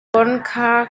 conakry